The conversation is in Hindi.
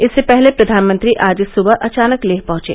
इससे पहले प्रधानमंत्री आज सुबह अचानक लेह पहंचे